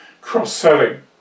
cross-selling